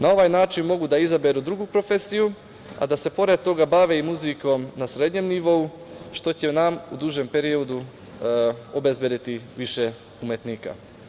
Na ovaj način mogu da izaberu drugu profesiju, a da se pored toga bave i muzikom na srednjem nivou, što će nam u dužem periodu obezbediti više umetnika.